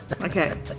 okay